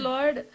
Lord